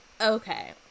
Okay